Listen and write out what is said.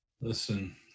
Listen